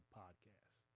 podcast